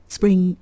Spring